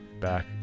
back